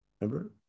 remember